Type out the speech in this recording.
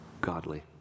godly